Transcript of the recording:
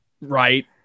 right